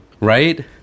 Right